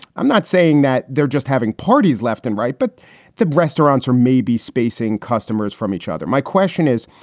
i'm not saying that they're just having parties left and right, but the restaurants are maybe spacing customers from each other. my question is,